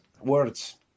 words